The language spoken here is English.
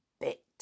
bit